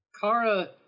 Kara